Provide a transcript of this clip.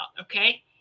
okay